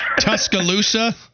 Tuscaloosa